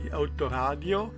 autoradio